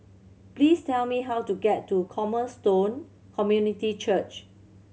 please tell me how to get to Cornerstone Community Church